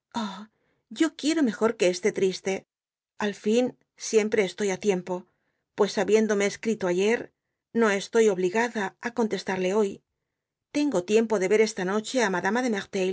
yo quiero mejor que esté triste ai fin iera re estoy á tiempo pues habiéndome es crito ayer no estoy obligada á contestarle hoy tengo tiempo de ver esta noche á madama